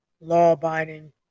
law-abiding